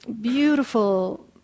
beautiful